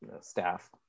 staff